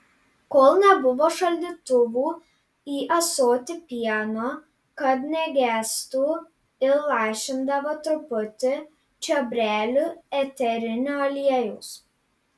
kol nebuvo šaldytuvų į ąsotį pieno kad negestų įlašindavo truputį čiobrelių eterinio aliejaus